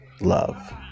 love